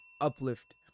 uplift